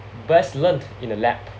best learnt in a lab